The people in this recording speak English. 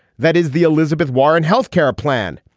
that is the elizabeth warren health care plan.